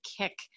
kick